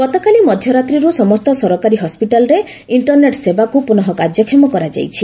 ଗତକାଲି ମଧ୍ୟରାତ୍ରିରୁ ସମସ୍ତ ସରକାରୀ ହସ୍କିଟାଲ୍ରେ ଇଣ୍ଟର୍ନେଟ୍ ସେବାକୁ ପୁନଃ କାର୍ଯ୍ୟକ୍ଷମ କରାଯାଇଛି